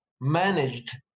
managed